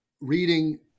reading